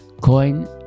coin